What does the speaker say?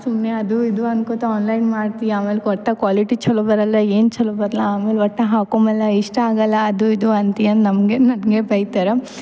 ಸುಮ್ಮನೆ ಅದು ಇದು ಅನ್ಕೋತ ಆನ್ಲೈನ್ ಮಾಡ್ತಿ ಆಮೇಲೆ ಕೊಟ್ಟ ಕ್ವಾಲಿಟಿ ಛಲೋ ಬರೋಲ್ಲ ಏನು ಛಲೋ ಬರಲ್ಲ ಆಮೇಲೆ ಒಟ್ಟ ಹಾಕು ಮ್ಯಾಲ ಇಷ್ಟ ಆಗೊಲ್ಲ ಅದು ಇದು ಅಂತಿ ನಮಗೆ ನಂಗೆ ಬೈತಾರೆ